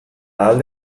ahal